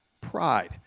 pride